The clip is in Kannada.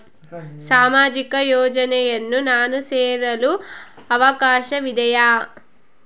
ಸಾಮಾಜಿಕ ಯೋಜನೆಯನ್ನು ನಾನು ಸೇರಲು ಅವಕಾಶವಿದೆಯಾ?